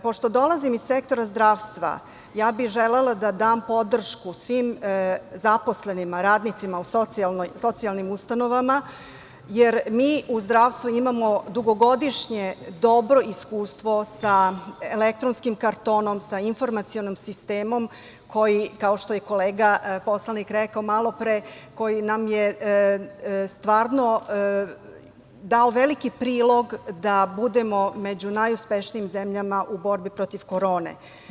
Pošto dolazim iz sektora zdravstva ja bih želela da dam podršku svim zaposlenim radnicima u socijalnim ustanovama, jer mi u zdravstvu imamo dugogodišnje dobro iskustvo sa elektronskim kartonom, sa informacionim sistemom, kao što je kolega poslanik rekao malo pre, koji nam je stvarno dao veliki prilog da budemo među najuspešnijim zemljama u borbi protiv korone.